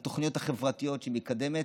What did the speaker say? בתוכניות החברתיות שהיא מקדמת,